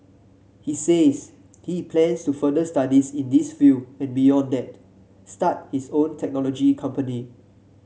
he says he plans to further studies in this field and beyond that start his own technology company